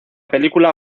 película